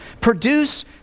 Produce